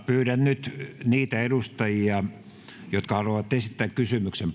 pyydän niitä edustajia jotka haluavat esittää kysymyksen